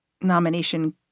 nomination